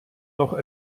noch